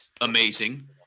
amazing